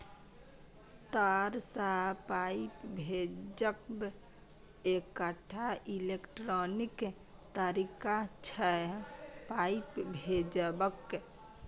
तार सँ पाइ भेजब एकटा इलेक्ट्रॉनिक तरीका छै पाइ भेजबाक